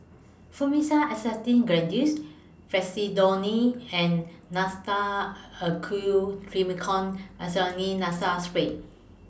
Fluimucil Acetylcysteine Granules Fexofenadine and Nasacort A Q Triamcinolone Acetonide Nasal Spray